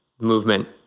movement